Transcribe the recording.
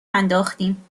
انداختیم